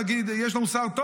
להגיד: יש לנו שר טוב,